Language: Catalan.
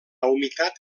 humitat